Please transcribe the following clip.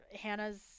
Hannah's